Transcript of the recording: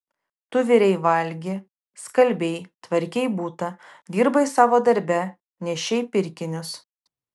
tu virei valgi skalbei tvarkei butą dirbai savo darbe nešei pirkinius